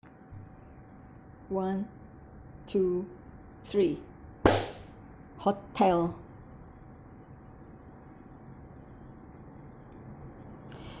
one two three hotel